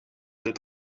hun